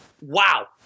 wow